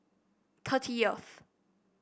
thirtieth